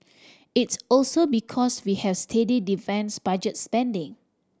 it's also because we have steady defence budget spending